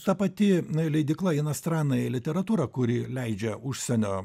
ta pati leidykla inostrannaja literatūra kuri leidžia užsienio